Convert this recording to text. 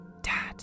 Dad